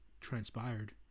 transpired